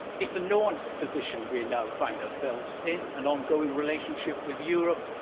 it's a nuanced position we now find ourselves in an ongoing relationship with europe,